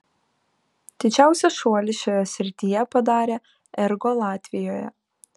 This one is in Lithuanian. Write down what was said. didžiausią šuolį šioje srityje padarė ergo latvijoje